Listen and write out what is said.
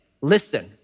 Listen